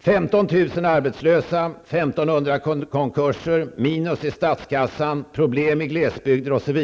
15 000 arbetslösa, 1 500 konkurser, minus i statskassan, problem i glesbygder osv.